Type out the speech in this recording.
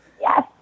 Yes